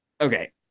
okay